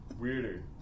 weirder